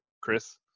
Chris